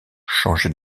changer